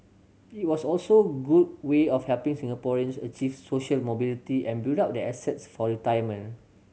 it was also good way of helping Singaporeans achieve social mobility and build up their assets for retirement